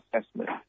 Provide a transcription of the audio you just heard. assessment